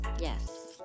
Yes